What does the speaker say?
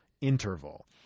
interval